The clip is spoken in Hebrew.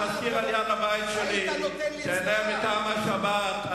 תשכור על-יד הבית שלי, תיהנה מטעם השבת.